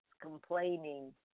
complaining